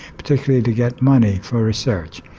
particularly to get money for research.